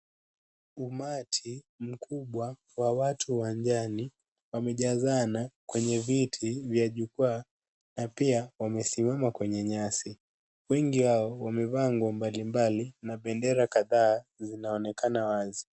Umati mkubwa wa watu wa ajali wamejazana kwenye viti vya jukwaa na pia wamesimama kwenye nyasi. Wengi wao wamevaa nguo mbalimbali na bendera kadhaa inaonekana wazi.